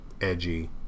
edgy